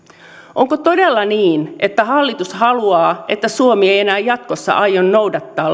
onko todella niin että hallitus haluaa että suomi ei enää jatkossa aio noudattaa